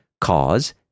cause